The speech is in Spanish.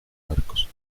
arcos